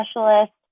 specialist